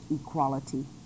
equality